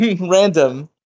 Random